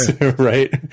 right